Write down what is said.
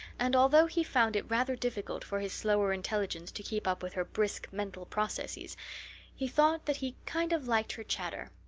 and although he found it rather difficult for his slower intelligence to keep up with her brisk mental processes he thought that he kind of liked her chatter.